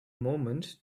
moment